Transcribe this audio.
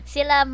Sila